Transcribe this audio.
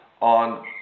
on